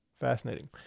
Fascinating